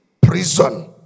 prison